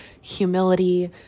humility